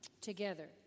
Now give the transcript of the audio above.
Together